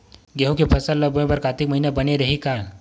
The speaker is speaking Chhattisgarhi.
गेहूं के फसल ल बोय बर कातिक महिना बने रहि का?